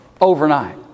Overnight